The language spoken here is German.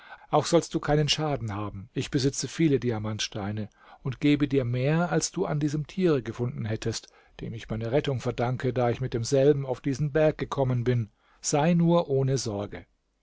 auch sollst du keinen schaden haben ich besitze viele diamantsteine und gebe dir mehr als du an diesem tiere gefunden hättest dem ich meine rettung verdanke da ich mit demselben auf diesen berg gekommen bin sei nur ohne sorge